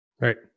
Right